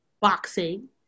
boxing